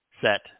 set